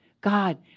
God